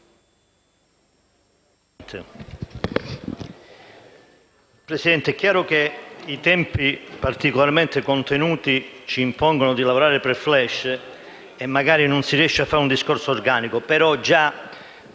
Presidente, è chiaro che i tempi particolarmente contenuti ci impongono di lavorare per *flash* e magari non si riesce a fare un discorso organico, però tutte